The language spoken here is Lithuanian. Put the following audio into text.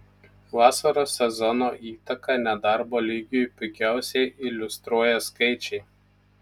vasaros sezono įtaką nedarbo lygiui puikiausiai iliustruoja skaičiai